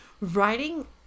Writing